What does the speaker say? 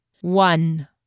one